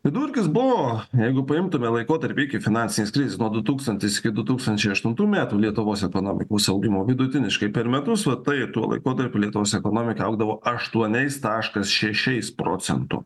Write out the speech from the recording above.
vidurkis buvo jeigu paimtume laikotarpį iki finansinės krizės nuo du tūkstantis iki du tūkstančiai aštuntų metų lietuvos ekonomikos augimo vidutiniškai per metus va tai tuo laikotarpiu lietuvos ekonomika augdavo aštuoniais taškas šešiais procento